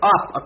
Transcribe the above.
up